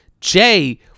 Jay